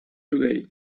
today